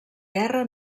guerra